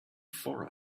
for